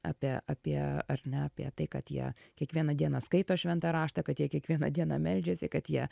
apie apie ar ne apie tai kad jie kiekvieną dieną skaito šventą raštą kad jie kiekvieną dieną meldžiasi kad jie